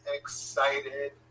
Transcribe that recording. excited